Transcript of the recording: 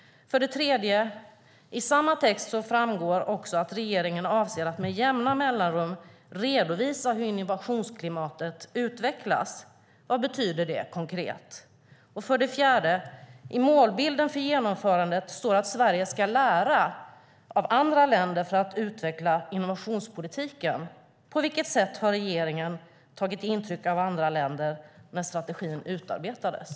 För det tredje: I samma text framgår också att regeringen avser att med jämna mellanrum redovisa hur innovationsklimatet utvecklas. Vad betyder det konkret? För det fjärde: I målbilden för genomförandet står att Sverige ska lära av andra länder för att utveckla innovationspolitiken. På vilket sätt har regeringen tagit intryck av andra länder när strategin utarbetades?